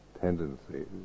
tendencies